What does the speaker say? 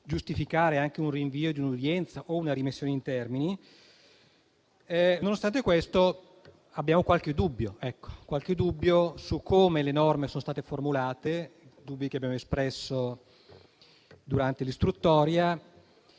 giustificare anche un rinvio di un'udienza o una rimessione in termini, è importante. Nonostante questo abbiamo qualche dubbio su come le norme sono state formulate (dubbi che abbiamo espresso durante l'istruttoria)